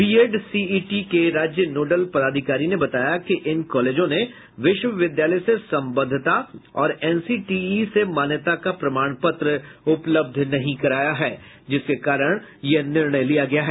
BEdCET के राज्य nodal पदाधिकारी ने बताया कि इन कॉलेजों ने विश्वविद्यालय से संवद्धता और एनसीटीई से मान्यता का प्रमाण पत्र उपलब्ध नहीं कराया है जिसके कारण यह निर्णय लिया गया है